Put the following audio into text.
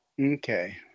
Okay